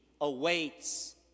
awaits